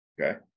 Okay